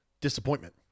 disappointment